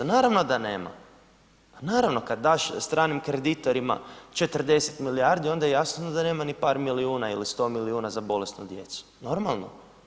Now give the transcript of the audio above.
Naravno da nema, pa naravno kad daš stranim kreditorima 40 milijardi onda jasno da nema ni par milijuna ili 100 milijuna za bolesnu djecu, normalno.